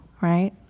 right